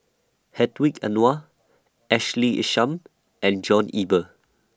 Hedwig Anuar Ashley Isham and John Eber